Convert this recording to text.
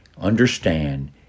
understand